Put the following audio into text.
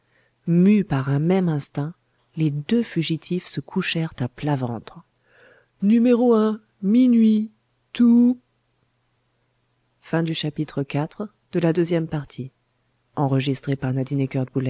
mus par un même instinct les deux fugitifs se couchèrent à plat ventre minuit tout